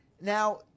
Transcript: now